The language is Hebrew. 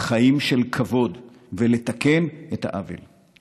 חיים של כבוד ולתקן את העוול.